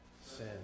Sin